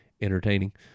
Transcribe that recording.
entertaining